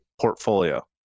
portfolio